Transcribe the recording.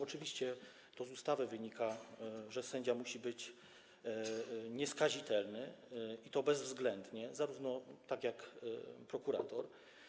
Oczywiście z ustawy wynika, że sędzia musi być nieskazitelny, i to bezwzględnie, tak jak prokurator.